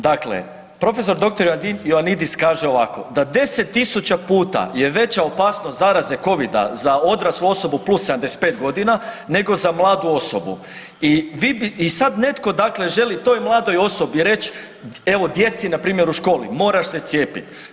Dakle, prof. dr. Ioannidis kaže ovako da 10.000 puta je veća opasnost zaraze covida za odraslu osobu + 75.g. nego za mladu osobu i sad netko dakle želi toj mladoj osobi reć, evo djeci npr. u školi moraš se cijepit.